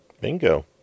Bingo